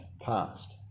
past